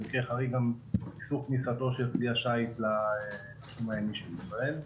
במקרה חריג גם איסור כניסתו של כלי השיט לשטח הימי של ישראל.